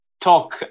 talk